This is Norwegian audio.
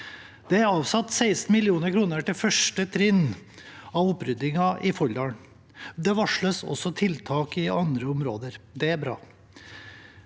Det er avsatt 16 mill. kr til første trinn av oppryddingen i Folldal. Det varsles også tiltak i andre områder. Det er bra.